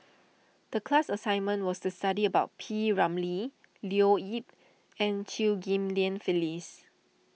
the class assignment was to study about P Ramlee Leo Yip and Chew Ghim Lian Phyllis